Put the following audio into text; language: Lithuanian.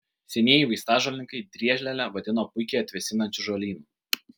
senieji vaistažolininkai driežlielę vadino puikiai atvėsinančiu žolynu